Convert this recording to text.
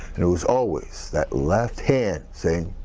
it was always that left hand saying